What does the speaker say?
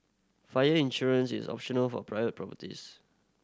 fire insurance is optional for private properties